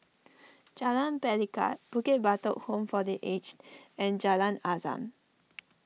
Jalan Pelikat Bukit Batok Home for the Aged and Jalan Azam